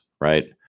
right